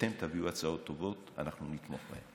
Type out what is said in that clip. כשאתם תביאו הצעות טובות, אנחנו נתמוך בהן.